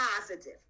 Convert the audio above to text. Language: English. positive